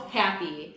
happy